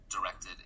directed